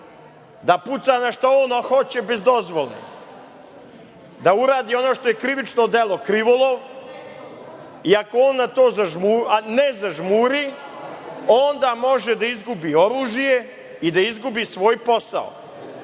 da puca na šta on hoće bez dozvole, da uradi ono što je krivično delo, krivolov, i ako on na to zažmuri, a ne zažmuri, onda može da izgubi oružje i da izgubi svoj posao.